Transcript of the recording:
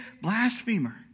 blasphemer